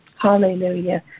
Hallelujah